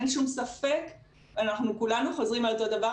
אין שום ספק ואנחנו כולנו חוזרים על אותו דבר.